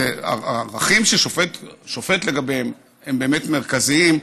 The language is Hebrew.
הערכים ששופט שופט לגביהם הם באמת מרכזיים,